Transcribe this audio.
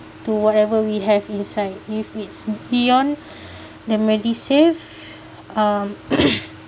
to whatever we have inside if it's beyond the medisave um